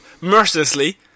mercilessly